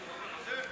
אתה מוותר?